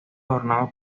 adornado